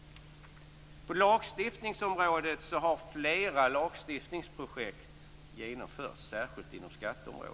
På lagstiftningsområdet har flera lagstiftningsprojekt genomförts - särskilt inom skatteområdet.